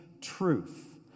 truth